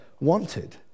wanted